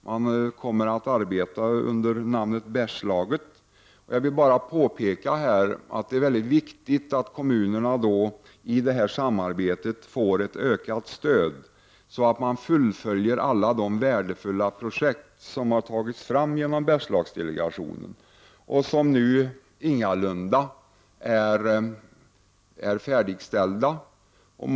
Man kommer att arbeta under namnet Bergslaget. Det är mycket viktigt att kommunerna i fråga om detta samarbete får ett ökat stöd. Det gäller ju att kunna fullfölja alla de värdefulla projekt som har möjliggjorts genom Bergslagsdelegationen och som ingalunda är slutförda ännu.